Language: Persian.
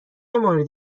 مورد